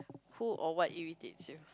who or what irritates you